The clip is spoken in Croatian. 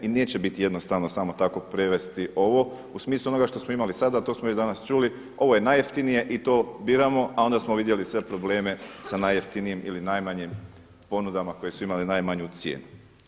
I neće biti jednostavno samo tako prevesti ovo u smislu onoga što smo imali sada, a to smo i danas čuli, ovo je najjeftinije i to biramo, a onda smo vidjeli sve probleme sa najjeftinijim ili najmanjim ponudama koje su imali najmanju cijenu.